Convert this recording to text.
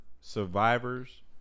survivors